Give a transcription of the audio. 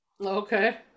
Okay